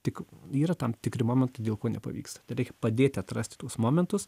tik yra tam tikri momentai tai dėl ko nepavyksta tai reik padėti atrasti tuos momentus